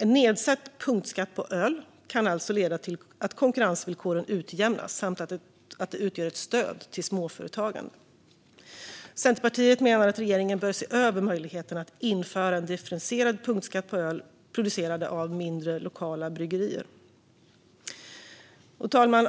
Nedsatt punktskatt på öl kan alltså leda till att konkurrensvillkoren utjämnas samt utgöra ett stöd till småföretagande. Centerpartiet menar att regeringen bör se över möjligheten att införa en differentierad punktskatt på öl producerad av mindre, lokala bryggerier. Fru talman!